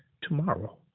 tomorrow